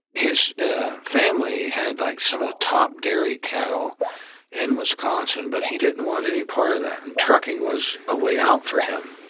his family had like some of the top dairy cattle in wisconsin, but he didn't want any part of that. and trucking was a way out for him.